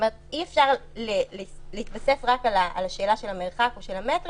אי-אפשר להתבסס רק על השאלה של המרחק או של המטרים